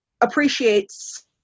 appreciates